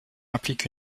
implique